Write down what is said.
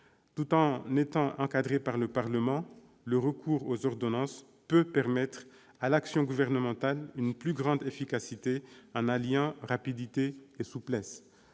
tout en étant encadré par le Parlement, le recours aux ordonnances peut permettre à l'action gouvernementale une plus grande efficacité en alliant rapidité et souplesse.